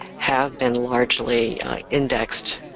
have been largely indexed